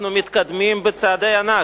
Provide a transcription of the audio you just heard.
מתקדמים בצעדי ענק.